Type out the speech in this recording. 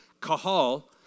Kahal